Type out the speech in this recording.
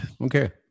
okay